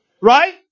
right